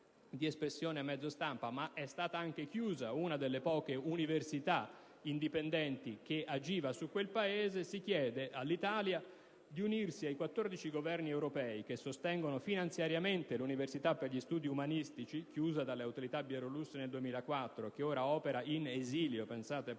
di espressione a mezzo stampa, ma è stata anche chiusa una delle poche università indipendenti che operava in quel Paese, si chiede all'Italia di «unirsi ai 14 Governi europei che sostengono finanziariamente l'Università per gli studi umanistici, chiusa dalle autorità bielorusse nel 2004 e che ora opera in esilio a